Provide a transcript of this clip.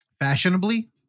Fashionably